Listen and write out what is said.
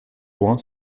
loin